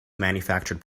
manufactured